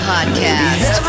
Podcast